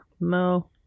No